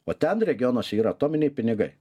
o ten regionuose yra atominiai pinigai